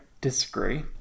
disagree